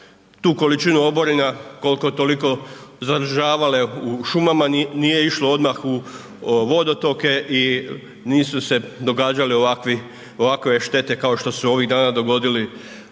tu količinu oborina koliko-toliko zadržavale u šumama, nije išlo odmah u vodotoke i nisu se događale ovakve štete kao što su se ovih dogodili u